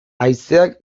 haizeak